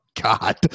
God